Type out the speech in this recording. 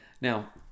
Now